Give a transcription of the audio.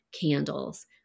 candles